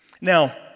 Now